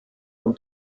und